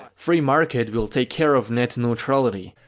free market will take care of net neutrality.